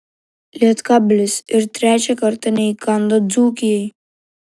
lietkabelis ir trečią kartą neįkando dzūkijai